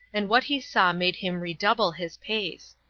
and what he saw made him redouble his pace.